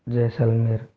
Jaisalmer